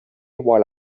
while